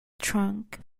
trunk